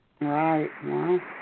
Right